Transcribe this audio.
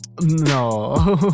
No